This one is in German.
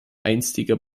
einstige